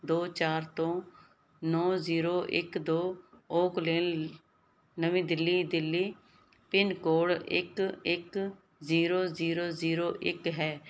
ਦੋ ਚਾਰ ਤੋਂ ਨੌਂ ਜ਼ੀਰੋ ਇੱਕ ਦੋ ਓਕ ਲੇਨ ਨਵੀਂ ਦਿੱਲੀ ਦਿੱਲੀ ਪਿੰਨ ਕੋਡ ਇੱਕ ਇੱਕ ਜ਼ੀਰੋ ਜ਼ੀਰੋ ਜ਼ੀਰੋ ਇੱਕ ਹੈ